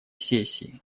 сессии